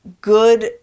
good